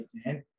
stand